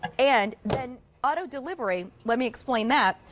and then auto-delivery, let me explain that,